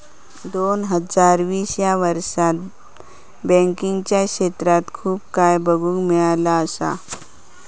दोन हजार वीस ह्या वर्षात बँकिंगच्या क्षेत्रात खूप काय बघुक मिळाला असा